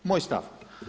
Moj stav.